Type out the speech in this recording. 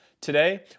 Today